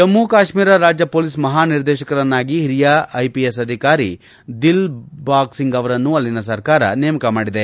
ಜಮ್ಮ ಕಾಶ್ನೀರ ರಾಜ್ಯದ ಪೊಲೀಸ್ ಮಹಾನಿರ್ದೇಶಕರನ್ನಾಗಿ ಹಿರಿಯ ಐಪಿಎಸ್ ಅಧಿಕಾರಿ ದಿಲ್ಬಾಗ್ ಒಂಗ್ ಅವರನ್ನು ಅಲ್ಲಿನ ಸರ್ಕಾರ ನೇಮಕ ಮಾಡಿದೆ